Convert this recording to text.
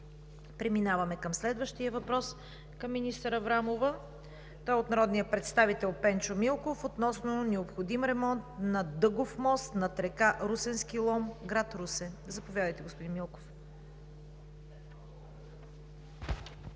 Преминаваме към следващия въпрос към министър Аврамова. Той е от народния представител Пенчо Милков – относно необходим ремонт на Дъгов мост над река Русенски лом, град Русе. Заповядайте, господин Милков.